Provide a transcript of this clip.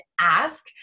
ask